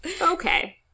Okay